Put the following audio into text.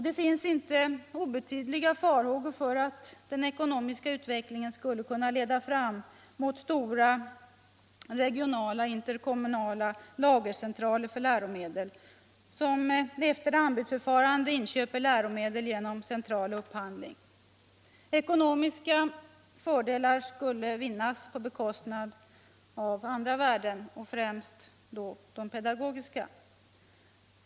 Det finns inte obetydliga farhågor för att den ekonomiska utvecklingen skulle kunna leda fram mot stora regionala interkommunala lagercentraler för läromedel som efter anbudsförfarande inköper läromedel genom central upphandling. Ekonomiska fördelar skulle vinnas på bekostnad av andra värden, främst pedagogiska.